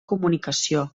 comunicació